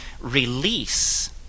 release